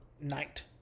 night